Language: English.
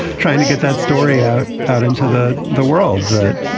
trying to get that story out, out into the the world that,